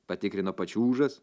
patikrino pačiūžas